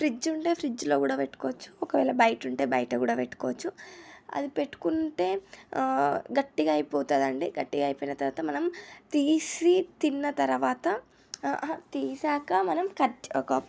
fridge ఉంటే ఫ్రిడ్జ్లో కూడా పెట్టుకోవచ్చు ఒకవేళ బయటుంటే బయట కూడా పెట్టుకోవచ్చు అది పెట్టుకుంటే గట్టిగా అయిపోతుంది అండి గట్టిగా అయిపోయిన తర్వాత మనం తీసి తిన్న తర్వాత అహా తీసాక మనం కట్ ఒక